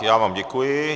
Já vám děkuji.